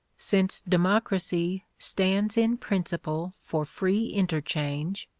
since democracy stands in principle for free interchange,